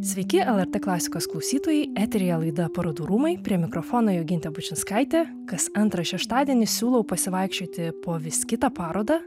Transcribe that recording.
sveiki lrt klasikos klausytojai eteryje laida parodų rūmai prie mikrofono jogintė bučinskaitė kas antrą šeštadienį siūlau pasivaikščioti po vis kitą parodą